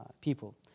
people